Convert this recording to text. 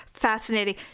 Fascinating